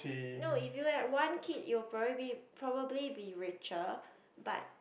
no if you had one kid you will probably be probably be richer but